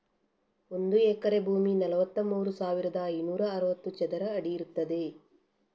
ಒಂದು ಎಕರೆ ಭೂಮಿ ನಲವತ್ತಮೂರು ಸಾವಿರದ ಐನೂರ ಅರವತ್ತು ಚದರ ಅಡಿ ಇರ್ತದೆ